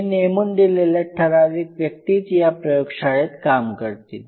हे नेमून दिलेले ठराविक व्यक्तीच या प्रयोगशाळेत काम करतील